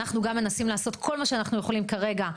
אנחנו מנסים לעשות כל מה שאנחנו יכולים כרגע,